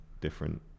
different